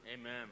Amen